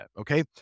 okay